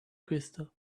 crystal